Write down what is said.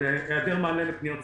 על היעדר מענה לפניות ציבור.